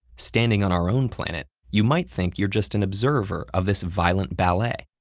standing on our own planet, you might think you're just an observer of this violent ballet.